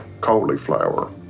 cauliflower